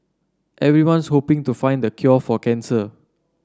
everyone's hoping to find cure for cancer